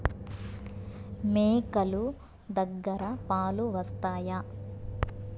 మేక లు దగ్గర పాలు వస్తాయా?